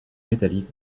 métallique